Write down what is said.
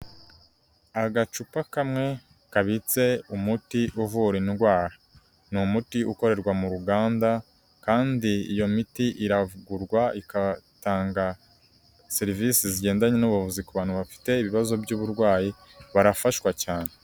Agacupa kamwe kabitse umuti uvura indwara, ni umuti ukorerwa mu ruganda kandi iyo miti iragurwa igatanga serivisi zigendanye n'ubuvuzi ku bantu bafite ibibazo by'uburwayi barafashwa cyane.